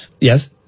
Yes